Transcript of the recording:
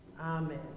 Amen